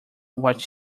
what